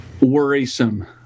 worrisome